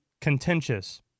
contentious